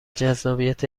جذابیت